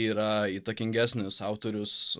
yra įtakingesnis autorius